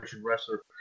wrestler